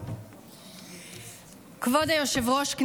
כבוד היושב-ראש,